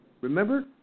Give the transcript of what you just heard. remember